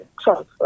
Trump